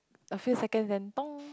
a few seconds then